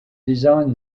design